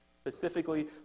specifically